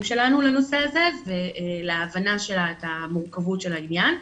שלנו לנושא הזה ולהבנה שלה לגבי מורכבות העניין.